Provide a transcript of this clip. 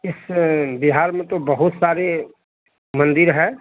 इस बिहार में तो बहुत सारे मंदिर है